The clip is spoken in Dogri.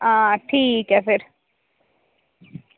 आं ठीक ऐ फिर